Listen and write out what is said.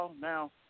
now